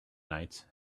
night